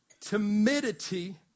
timidity